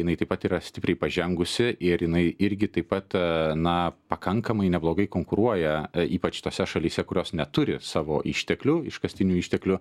jinai taip pat yra stipriai pažengusi ir jinai irgi taip pat na pakankamai neblogai konkuruoja ypač tose šalyse kurios neturi savo išteklių iškastinių išteklių